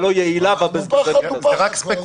הלא יעילה והבזבזנית הזאת.